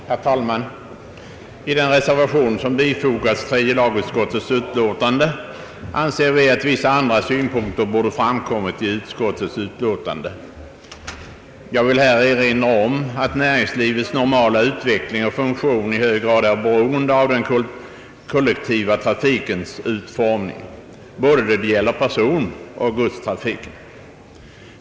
Herr talman! I den reservation som har bifogats tredje lagutskottets utlåtande nr 61 anser vi att vissa andra synpunkter hade bort anföras av utskottet. Jag vill erinra om att näringslivets normala utveckling och funktion i hög grad är beroende av den kollektiva trafikens utformning då det både gäller personoch busstrafiken.